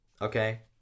Okay